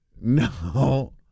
No